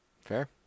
Fair